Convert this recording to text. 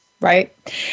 Right